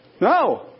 No